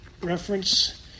reference